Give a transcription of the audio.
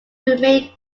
remained